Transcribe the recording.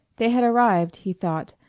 they had arrived, he thought,